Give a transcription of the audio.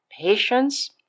patience